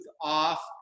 off